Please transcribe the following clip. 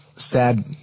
Sad